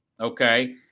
Okay